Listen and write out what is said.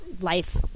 life